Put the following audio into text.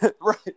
Right